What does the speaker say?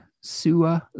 Sua